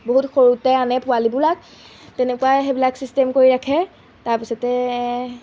বহুত সৰুতে আনে পোৱালিবিলাক তেনেকুৱাই সেইবিলাক চিষ্টেম কৰি ৰাখে তাৰপিছতে